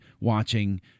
watching